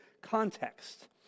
context